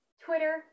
Twitter